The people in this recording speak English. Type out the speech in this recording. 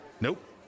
Nope